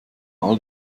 all